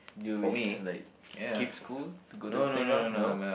you always like skip school to go to playground no